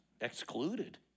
excluded